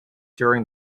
during